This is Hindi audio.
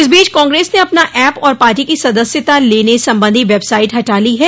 इस बीच कांग्रेस ने अपना एप और पार्टी की सदस्यता लेने संबंधी वेबसाइट हटा ली है